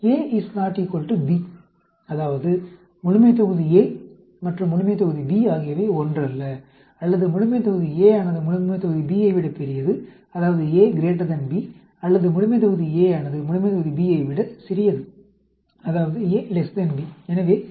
A ≠ B அதாவது முழுமைத்தொகுதி A மற்றும் முழுமைத்தொகுதி B ஆகியவை ஒன்றல்ல அல்லது முழுமைத்தொகுதி A ஆனது முழுமைத்தொகுதி B யை விட பெரியது அதாவது A B அல்லது முழுமைத்தொகுதி A ஆனது முழுமைத்தொகுதி B யை விட சிறியது அதாவது A B